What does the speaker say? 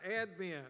Advent